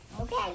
Okay